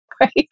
right